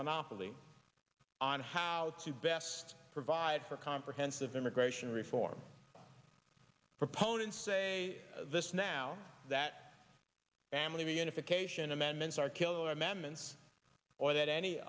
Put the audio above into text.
monopoly on how to best provide for comprehensive immigration form proponents say this now that family reunification amendments are killer amendments or that any